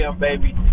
baby